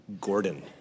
Gordon